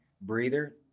breather